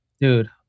Dude